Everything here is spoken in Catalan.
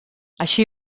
així